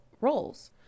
roles